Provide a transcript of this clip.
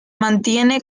mantiene